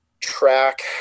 track